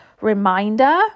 reminder